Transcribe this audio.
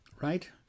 right